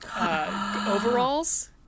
overalls